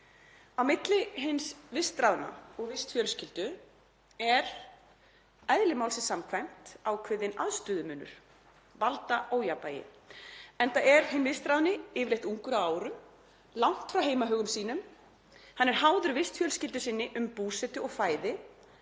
Á milli hins vistráðna og vistfjölskyldu er eðli málsins samkvæmt ákveðinn aðstöðumunur, valdaójafnvægi, enda er hinn vistráðni yfirleitt ungur að árum, langt frá heimahögum sínum, er háður vistfjölskyldu sinni um búsetu og fæði